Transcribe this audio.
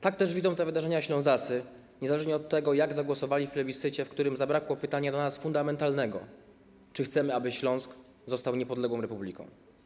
Tak też widzą te wydarzenia Ślązacy niezależnie od tego, jak zagłosowali w plebiscycie, w którym zabrakło pytania dla nas fundamentalnego, czy chcemy, aby Śląsk został niepodległą republiką.